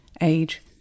age